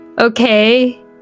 okay